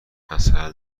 عسل